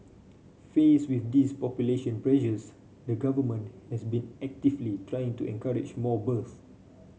face with these population pressures the Government has been actively trying to encourage more birth